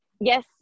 yes